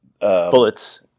bullets